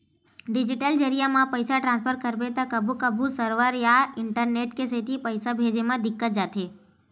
digital जरिए म पइसा ट्रांसफर करबे त कभू कभू सरवर या इंटरनेट के सेती पइसा भेजे म दिक्कत जाथे